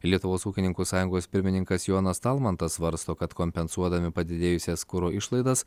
lietuvos ūkininkų sąjungos pirmininkas jonas talmantas svarsto kad kompensuodami padidėjusias kuro išlaidas